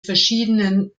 verschiedenen